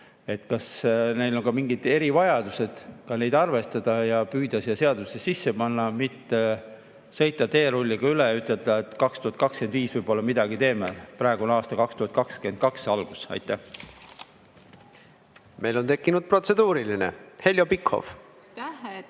kas neil on mingid erivajadused, arvestada ja püüda siia seadusesse sisse panna. Püüaks mitte sõita teerulliga üle ja ütelda, et 2025 võib-olla midagi teeme. Praegu on aasta 2022 algus. Aitäh! Meil on tekkinud protseduuriline. Heljo Pikhof. Meil